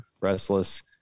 restless